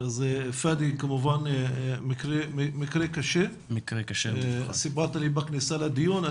זה, פאדי, כמובן מקרה קשה וסיפרת לי בכניסה לדיון.